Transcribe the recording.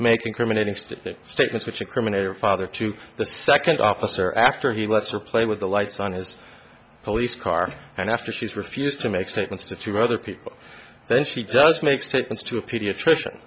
make incriminating statement statements which incriminate her father to the second officer after he lets her play with the lights on his police car and after she's refused to make statements to two other people then she does make statements to a pediatrician